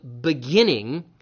beginning